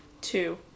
two